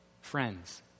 Friends